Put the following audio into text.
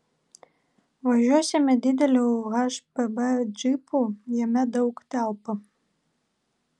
važiuosime dideliu hpb džipu jame daug telpa